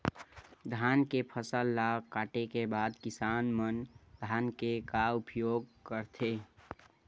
धान के फसल ला काटे के बाद किसान मन धान के का उपयोग करथे?